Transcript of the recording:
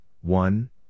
one